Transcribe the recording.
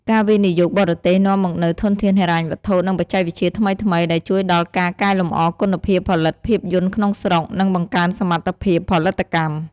ការវិនិយោគបរទេសនាំមកនូវធនធានហិរញ្ញវត្ថុ និងបច្ចេកវិទ្យាថ្មីៗ ដែលជួយដល់ការកែលម្អគុណភាពផលិតភាពយន្តក្នុងស្រុក និងបង្កើនសមត្ថភាពផលិតកម្ម។